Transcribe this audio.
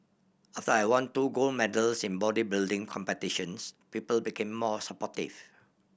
after I won two gold medals in bodybuilding competitions people became more supportive